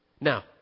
Now